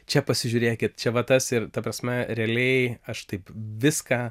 čia pasižiūrėkit čia va tas ir ta prasme realiai aš taip viską